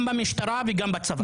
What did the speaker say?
גם במשטרה וגם בצבא.